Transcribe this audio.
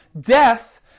Death